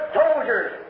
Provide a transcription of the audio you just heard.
soldiers